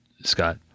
Scott